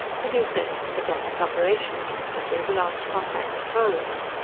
the new setup began its operation, instantly the last contact closed.